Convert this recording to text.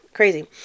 crazy